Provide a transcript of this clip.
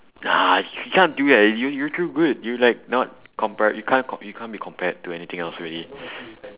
nah h~ he can't do that you you're too good you like not compared you can't com~ you can't be compared to anything else already